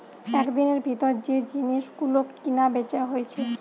একদিনের ভিতর যে জিনিস গুলো কিনা বেচা হইছে